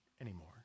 anymore